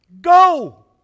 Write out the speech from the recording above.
Go